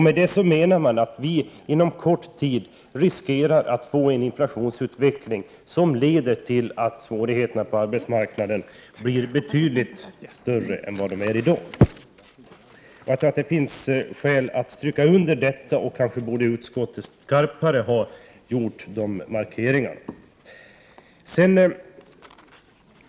Med det menar man att vi inom kort riskerar att få en inflationsutveckling som leder till att svårigheterna på arbetsmarknaden blir betydligt större än vad de är i dag. Jag tror att det finns skäl att understryka detta. Kanske borde utskottet ha gjort skarpare markeringar.